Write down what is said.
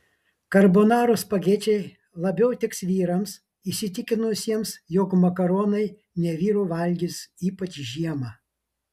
karbonarų spagečiai labiau tiks vyrams įsitikinusiems jog makaronai ne vyrų valgis ypač žiemą